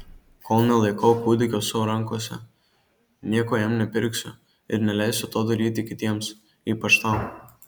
kol nelaikau kūdikio savo rankose nieko jam nepirksiu ir neleisiu to daryti kitiems ypač tau